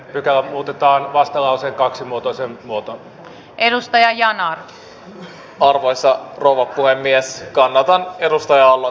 pykälä muutetaan vastalauseen kaksi muotoiseen muotoon edustaja ja nalle valvoessa rouva puhemies kannatan selonteko hyväksyttiin